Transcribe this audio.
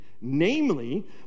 Namely